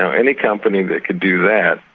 and any company that could do that,